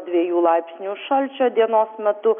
dviejų laipsnių šalčio dienos metu